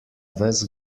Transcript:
ves